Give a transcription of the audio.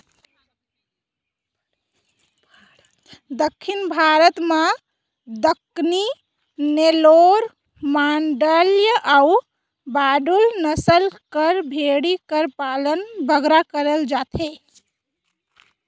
दक्खिन भारत में दक्कनी, नेल्लौर, मांडय अउ बांडुल नसल कर भेंड़ी कर पालन बगरा करल जाथे